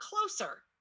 closer